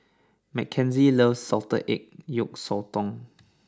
Mckenzie loves Salted Egg Yolk Sotong